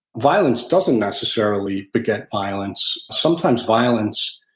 violence doesn't necessarily beget violence. sometimes violence,